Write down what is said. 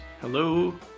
Hello